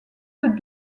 que